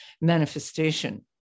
manifestation